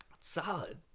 Solid